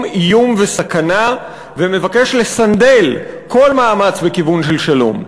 איום וסכנה ומבקש לסנדל כל מאמץ בכיוון של שלום.